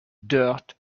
dirt